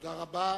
תודה רבה